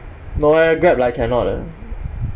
no eh grab like cannot leh